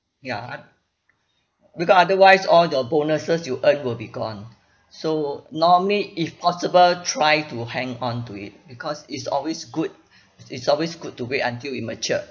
ya because otherwise all the bonuses you earned will be gone so normally if possible try to hang on to it because it's always good it's always good to wait until it matured